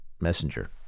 Messenger